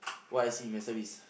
what I see in myself is